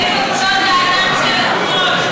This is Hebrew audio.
איפה כבוד האדם של השמאל?